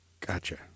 Gotcha